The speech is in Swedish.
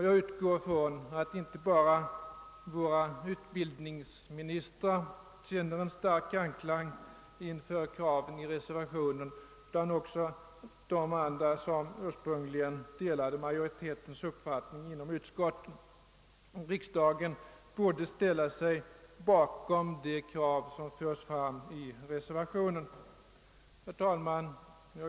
Jag utgår ifrån att det inte är bara hos våra utbildningsministrar som kraven i reservationen väcker stark anklang utan att detta också gäller dem som ursprungligen delade majoritetens uppfattning inom statsutskottet. Riksdagen borde därför ställa sig bakom de krav som framförs i reservationen. Herr talman!